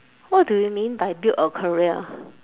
what do you mean by build a career